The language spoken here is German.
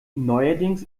neuerdings